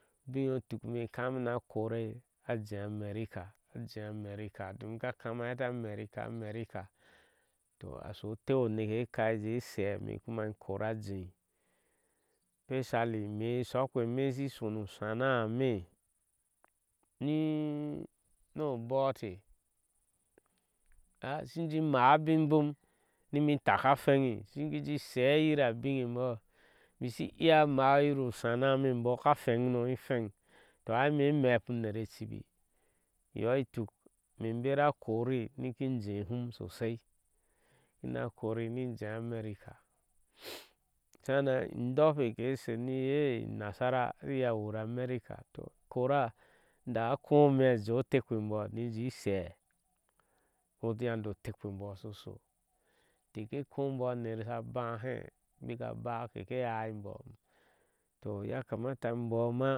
Ubiŋe ye shu tuk. ime i kami na kori a jee amerika a jeee amerika domin ka kama a heti amerika, amerika, toh a sho oteu o neke a ka ejeeh esheé ime kuma in kora a jeei pesali ime sokpe ime ishi shonu úsamáa eme ni obbuyteh ishin jee iŋin maa abin ibom nimi taka hweŋi ni sjin shei ira biŋe e booh ishin iya mai irosana ame beah no me book ka hweŋ no ni ehweŋ toh ai ime imeepe uner adubi iyoi tuk im bere kori ni kir tajeeh hum sosli ina kori in ineei amerika sananan in dope ereh she she ni. iye unasara ati iye a wur amerika in kora anda a kɔɔ ime a jɛɛɨ otekpe emboo ni jin inshe yando otepe mbooo osho sho intech ke kɔɔ imboah a ner sha baa hi bika ba keke haar inbooh toh ya kamata inbooh ma.